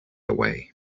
away